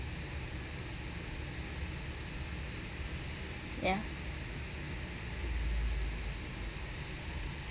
ya